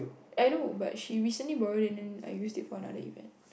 I know but she recently borrowed it then I used it for another event